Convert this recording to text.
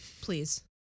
Please